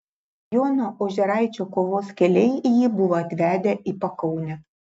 jono ožeraičio kovos keliai jį buvo atvedę į pakaunę